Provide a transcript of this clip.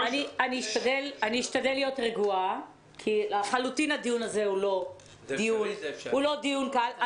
אשתדל להיות רגועה כי לחלוטין הדיון הזה הוא לא דיון קל.